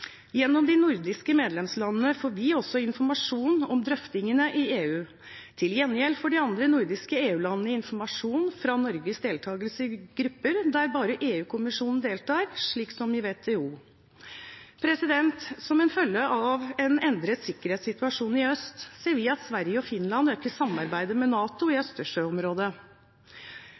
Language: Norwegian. Gjennom de nordiske medlemslandene får vi også informasjon om drøftingene i EU. Til gjengjeld får de andre nordiske EU-landene informasjon fra Norges deltakelse i grupper der bare EU-kommisjonen deltar, slik som i WTO. Som følge av en endret sikkerhetssituasjon i øst ser vi at Sverige og Finland øker samarbeidet med NATO i